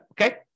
Okay